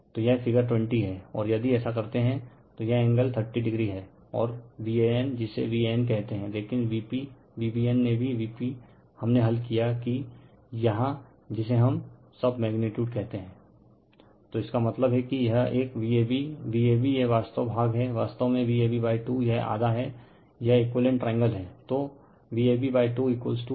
तो यह फिगर 20 है और यदि ऐसा करते है तो यह एंगल 30o है और Van जिसे Van कहते हैं लेकिन VpVbn ने भी Vp हमने हल किया कि यहाँ जिसे हम सब मैग्नीटीयूड कहते हैं रिफर स्लाइड टाइम 2909 तो इसका मतलब है कि यह एक Vab Vab यह वास्तव भाग हैं वास्तव में Vab 2 यह आधा है यह एकुईलेटरल ट्रायंगल है